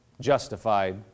justified